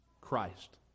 Christ